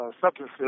substances